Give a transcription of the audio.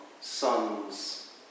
sons